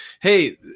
hey